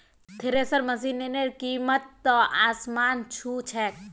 thresher मशिनेर कीमत त आसमान छू छेक